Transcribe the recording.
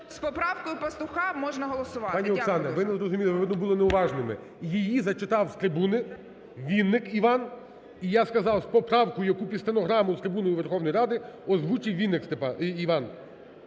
З поправкою Пастуха можна голосувати. Дякую. ГОЛОВУЮЧИЙ. Пані Оксана, ви не зрозуміли, ви, видно, були неуважними. Її зачитав з трибуни Вінник Іван, і я сказав: "З поправкою, яку під стенограму з трибуни Верховної Ради озвучив Вінник Іван".